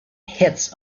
hits